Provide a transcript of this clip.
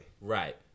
right